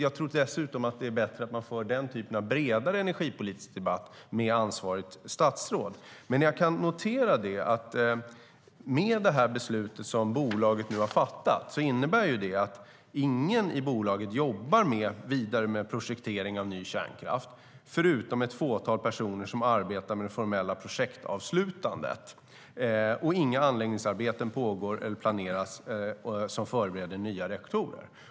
Det är dessutom bättre att man för den typen av bredare energipolitisk debatt med ansvarigt statsråd. Jag kan notera att det beslut som bolaget nu har fattat innebär att ingen i bolaget jobbar vidare med projektering av ny kärnkraft förutom ett fåtal personer som arbetar med det formella projektavslutet, och inga anläggningsarbeten pågår eller planeras som förbereder nya reaktorer.